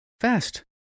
Fast